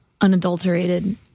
unadulterated